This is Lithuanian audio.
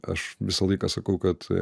aš visą laiką sakau kad